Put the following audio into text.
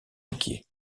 inquiets